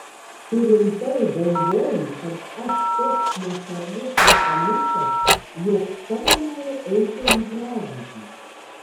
tu rimtai galvoji kad aš toks neatsargus ir pamišęs jog savo noru eičiau į pražūtį